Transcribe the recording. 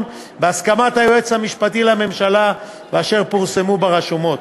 בהסכמת היועץ המשפטי לממשלה ואשר פורסמו ברשומות.